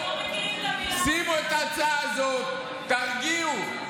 שימו את ההצעה הזאת, תרגיעו.